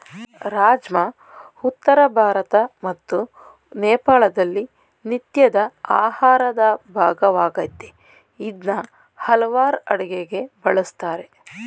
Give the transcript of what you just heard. ರಾಜ್ಮಾ ಉತ್ತರ ಭಾರತ ಮತ್ತು ನೇಪಾಳದಲ್ಲಿ ನಿತ್ಯದ ಆಹಾರದ ಭಾಗವಾಗಯ್ತೆ ಇದ್ನ ಹಲವಾರ್ ಅಡುಗೆಗೆ ಬಳುಸ್ತಾರೆ